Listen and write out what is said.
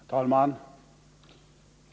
Herr talman!